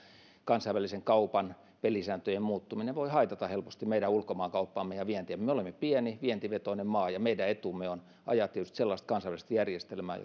kansainvälisen kaupan pelisääntöjen muuttuminen voi haitata helposti meidän ulkomaankauppaamme ja vientiämme me olemme pieni vientivetoinen maa ja meidän etumme on ajaa tietysti sellaista kansainvälistä järjestelmää